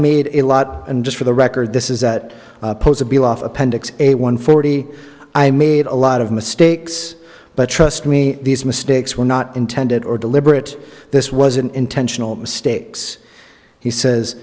it a lot and just for the record this is that posable off appendix a one forty i made a lot of mistakes but trust me these mistakes were not intended or deliberate this wasn't intentional mistakes he says